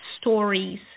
stories